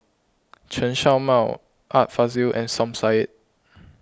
Chen Show Mao Art Fazil and Som Said